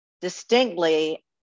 distinctly